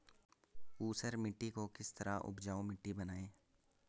ऊसर मिट्टी को किस तरह उपजाऊ मिट्टी बनाएंगे?